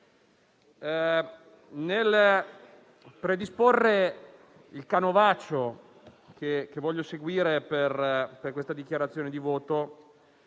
nel predisporre il canovaccio che voglio seguire per questa dichiarazione di voto,